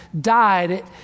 died